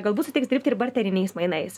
galbūt sutiks dirbti ir barteriniais mainais